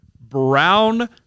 brown